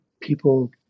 people